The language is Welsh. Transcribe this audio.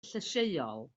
llysieuol